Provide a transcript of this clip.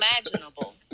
imaginable